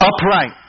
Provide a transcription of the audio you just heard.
upright